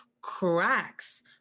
cracks